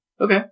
Okay